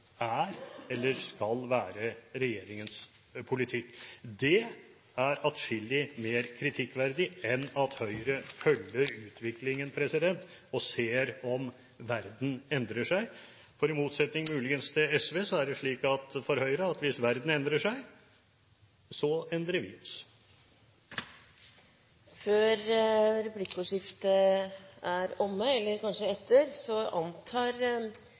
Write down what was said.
er eller skal være regjeringens politikk. Det er atskillig mer kritikkverdig enn at Høyre følger utviklingen og ser om verden endrer seg. I motsetning muligens til SV er det slik for Høyre at hvis verden endrer seg, så endrer vi oss. Før replikkordskiftet er omme, eller kanskje etter, antar